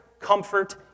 comfort